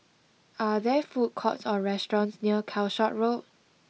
are there food courts or restaurants near Calshot Road